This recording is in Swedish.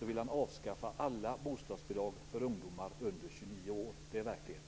vill han avskaffa alla bostadsbidrag för ungdomar under 29 år. Det är verkligheten.